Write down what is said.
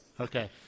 Okay